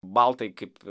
baltai kaip